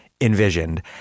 envisioned